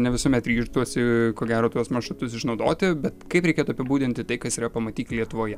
ne visuomet ryžtuosi ko gero tuos maršrutus išnaudoti bet kaip reikėtų apibūdinti tai kas yra pamatyk lietuvoje